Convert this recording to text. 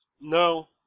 No